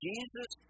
Jesus